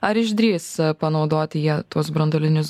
ar išdrįs panaudoti jie tuos branduolinius